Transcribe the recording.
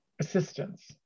assistance